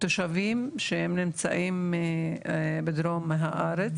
תושבים שהם נמצאים בדרום הארץ